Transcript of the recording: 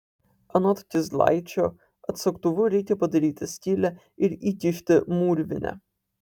anot kizlaičio atsuktuvu reikia padaryti skylę ir įkišti mūrvinę